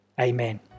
Amen